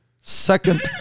second